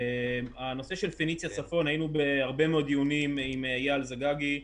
הנושא של "פניציה" צפון היינו בהרבה מאוד דיונים עם אייל זגגי,